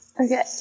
Okay